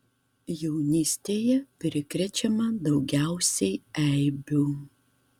jaunystėje prikrečiama daugiausiai eibių